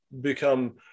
become